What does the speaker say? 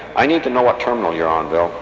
i need to know what terminal you're on, bill.